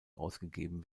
ausgegeben